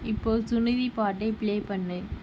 இப்போ சுனிதி பாட்டை பிளே பண்ணு